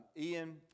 Ian